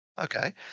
Okay